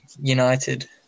United